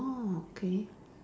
orh okay